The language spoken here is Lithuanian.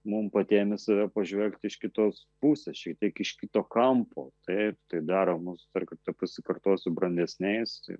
mum patiem į save pažvelgti iš kitos pusės šiek tiek iš kito kampo taip tai daro mus dar kartą pasikartosiu brandesniais